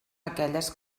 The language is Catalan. aquelles